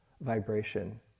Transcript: vibration